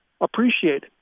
appreciate